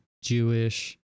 Jewish